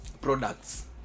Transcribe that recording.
products